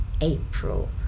April